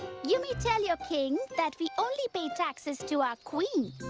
you may tell your king that we only pay taxes to our queen.